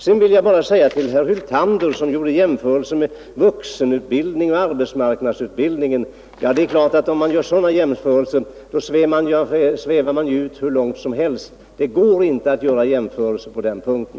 Herr Hyltander gjorde jämförelser med vuxenutbildningen och arbetsmarknadsutbildningen, och det är klart att man då kan sväva ut hur långt som helst. Men det går inte att göra sådana jämförelser på den här punkten.